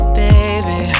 baby